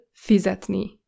fizetni